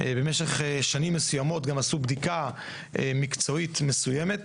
במשך שנים מסוימות גם עשו בדיקה מקצועית מסוימת.